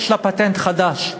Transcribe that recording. יש לה פטנט חדש: